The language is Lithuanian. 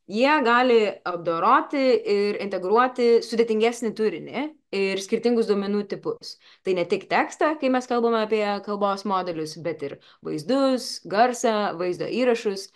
jie gali apdoroti ir integruoti sudėtingesnį turinį ir skirtingus duomenų tipus tai ne tik tekstą kai mes kalbame apie kalbos modelius bet ir vaizdus garsą vaizdo įrašus